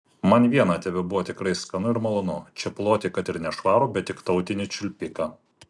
man viena tebuvo tikrai skanu ir malonu čėploti kad ir nešvarų bet tik tautinį čiulpiką